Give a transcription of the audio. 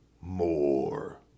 more